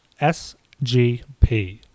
SGP